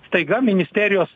staiga ministerijos